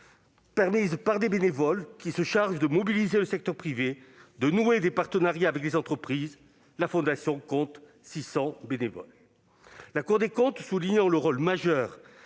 assurée par des bénévoles, qui se chargent de mobiliser le secteur privé et de nouer des partenariats avec les entreprises. La Fondation compte 600 bénévoles. La Cour des comptes, tout en soulignant